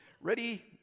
Ready